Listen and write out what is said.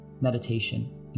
meditation